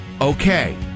Okay